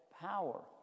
power